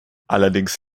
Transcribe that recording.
allerdings